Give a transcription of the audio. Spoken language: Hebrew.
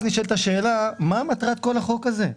אז נשאלת השאלה: מה מטרת כל החוק הזה?